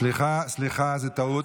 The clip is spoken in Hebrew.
סליחה, סליחה, זאת טעות.